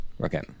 Okay